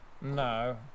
No